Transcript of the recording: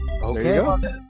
Okay